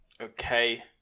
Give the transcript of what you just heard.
okay